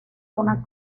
una